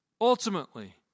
Ultimately